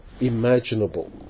imaginable